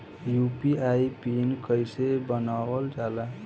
UPI PIN कइसे बनावल जाला?